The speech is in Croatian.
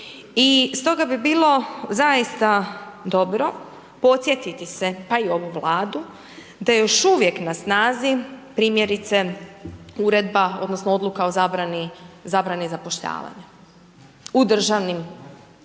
stoga bi bilo zaista dobro podsjetiti se, pa i ovu Vladu, da je još uvijek na snazi, primjerice, Uredba odnosno Odluka o zabrani zapošljavanja u državnim službama.